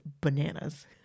bananas